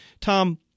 Tom